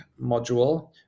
module